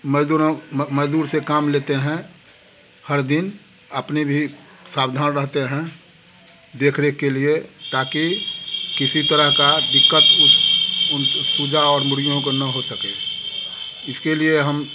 मज़दूरों मज़दूर से काम लेते हैं हर दिन अपने भी सावधान रहते हैं देख रेख के लिए ताकि किसी तरह की दिक्कत सूजा और मुर्ग़ियों को ना हो सके इसके लिए हम